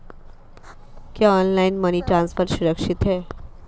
क्या online money transfer सुरक्षित है?